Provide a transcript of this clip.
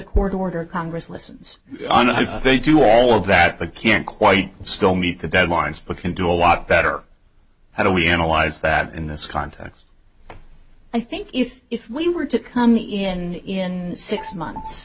court order congress listens to all of that but can't quite still meet the deadlines but can do a lot better how do we analyze that in this context i think if if we were to come in in six months